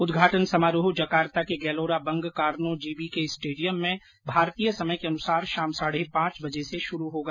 उद्घाटन समारोह जकार्ता के Gelora Bung Karno GBK stadium में भारतीय समय के अनुसार शाम साढ़े पांच बजे से शुरू होगा